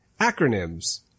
Acronyms